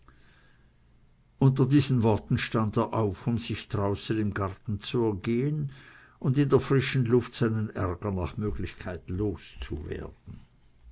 unter diesen worten stand er auf um sich draußen im garten zu ergehen und in der frischen luft seinen ärger nach möglichkeit loszuwerden